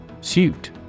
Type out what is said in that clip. Suit